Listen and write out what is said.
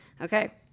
Okay